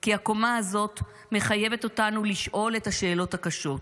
--- כי הקומה --- הזאת מחייבת אותנו לשאול את השאלות הקשות.